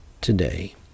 today